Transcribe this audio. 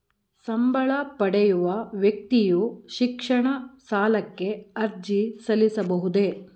ಸಂಬಳ ಪಡೆಯುವ ವ್ಯಕ್ತಿಯು ಶಿಕ್ಷಣ ಸಾಲಕ್ಕೆ ಅರ್ಜಿ ಸಲ್ಲಿಸಬಹುದೇ?